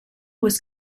was